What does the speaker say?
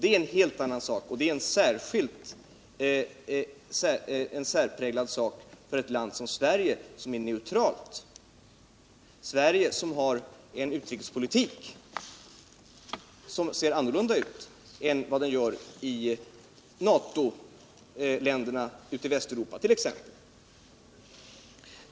Det är en helt annan sak, och det är en särpräglad sak för ett land som Sverige, som är neutralt och som har en utrikespolitik som ser annorlunda ut än i NATO-länderna i Västeuropa t.ex.